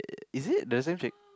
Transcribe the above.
is it the same chick